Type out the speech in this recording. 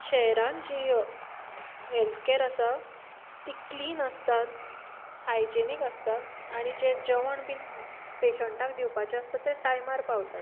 शहरान जी health care आसा ती क्लिन आसता हायजेनिक आसता आनी जें जेवण बी पेशंटाक दिवपाचें आसता ते टायमार पावतात